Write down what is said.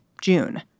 June